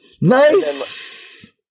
Nice